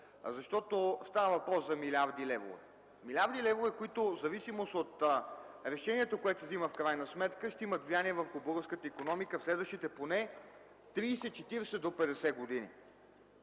защото става дума за милиарди левове. Милиарди левове, които в зависимост от решението, което се взема в крайна сметка, ще имат влияние върху българската икономика в следващите поне 30-40-50 години.